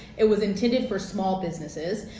it was intended for small businesses.